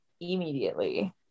immediately